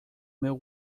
meu